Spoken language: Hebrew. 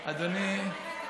אה, אוקיי.